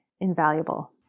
invaluable